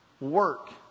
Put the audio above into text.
work